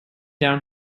down